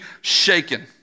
shaken